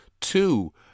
two